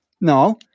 No